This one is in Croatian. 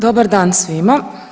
Dobar dan svima.